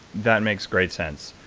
that makes great sense.